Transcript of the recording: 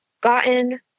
gotten